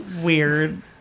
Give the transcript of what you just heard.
weird